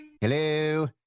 Hello